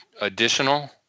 additional